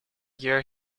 year